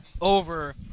over